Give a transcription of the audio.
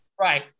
Right